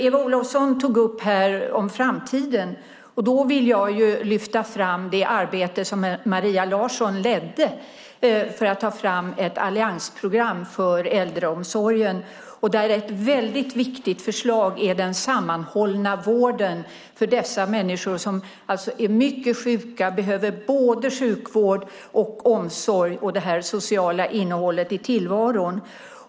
Eva Olofsson tog upp om framtiden, och då vill jag lyfta fram det arbete som Maria Larsson ledde för att ta fram ett alliansprogram för äldreomsorgen. Ett viktigt förslag där är den sammanhållna vården för dessa människor som ju är mycket sjuka. De behöver både sjukvård, omsorg och det sociala innehållet i tillvaron.